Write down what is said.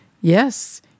Yes